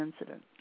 incident